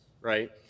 right